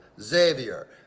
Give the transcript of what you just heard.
Xavier